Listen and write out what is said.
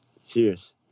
Serious